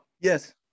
Yes